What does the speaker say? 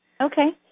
Okay